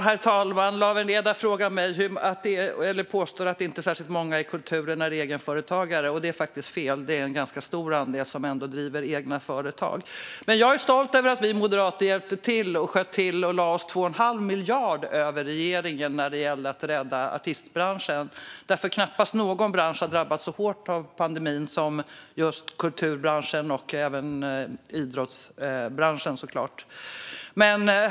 Herr talman! Lawen Redar påstår att det inte är särskilt många inom kulturen som är egenföretagare. Det är faktiskt fel. Det är en ganska stor andel som driver egna företag. Jag är stolt över att vi moderater hjälpte till med att skjuta till medel. Vi lade oss 2 1⁄2 miljard över regeringen när det gällde att rädda artistbranschen. Det var knappast någon bransch som drabbades så hårt av pandemin som just kulturbranschen och såklart även idrottsbranschen. Herr talman!